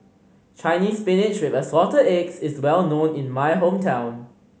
Chinese Spinach with Assorted Eggs is well known in my hometown